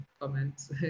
comments